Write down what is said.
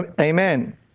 Amen